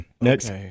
next